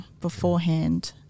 beforehand